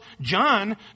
John